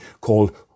called